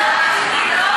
מדיני,